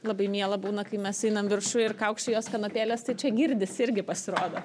labai miela būna kai mes einam viršuj ir kaukši jos kanopėlės tai čia girdisi irgi pasirodo